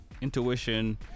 intuition